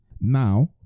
Now